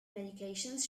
medications